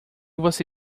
você